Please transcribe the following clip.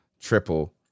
triple